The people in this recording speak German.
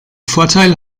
vorteil